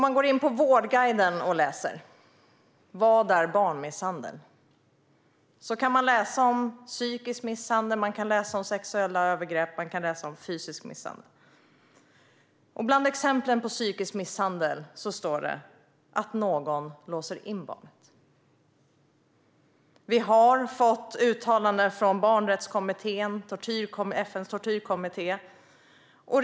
Man kan på Vårdguiden läsa om vad barnmisshandel är. Man kan läsa om psykisk misshandel, sexuella övergrepp och fysisk misshandel. Bland exemplen på psykisk misshandel står att någon låser in barnet. Barnrättskommittén och FN:s tortyrkommitté har gjort uttalanden.